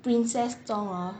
princess 中 hor